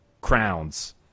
crowns